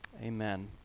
amen